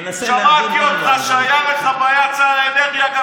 שמעתי אותך שהיה לך ביד שר האנרגיה.